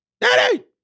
Daddy